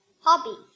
hobby